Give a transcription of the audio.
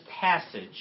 passage